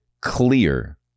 clear